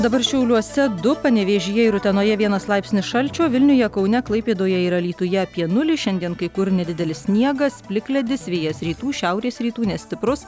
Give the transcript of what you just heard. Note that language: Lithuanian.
dabar šiauliuose du panevėžyje ir utenoje vienas laipsnis šalčio vilniuje kaune klaipėdoje ir alytuje apie nulį šiandien kai kur nedidelis sniegas plikledis vėjas rytų šiaurės rytų nestiprus